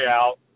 out